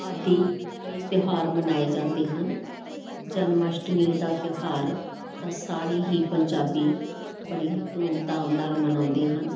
ਆਦਿ ਕਈ ਤਿਉਹਾਰ ਮਨਾਏ ਜਾਂਦੇ ਹਨ ਜਨਮਸ਼ਟਮੀ ਦਾ ਤਿਉਹਾਰ ਤਾਂ ਸਾਰੇ ਹੀ ਪੰਜਾਬੀ ਬੜੀ ਧੂਮਧਾਮ ਨਾਲ ਮਨਾਉਂਦੇ ਹਨ